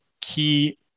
key